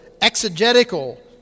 exegetical